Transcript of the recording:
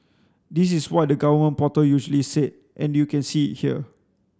this is what the government portal usually said and you can see it here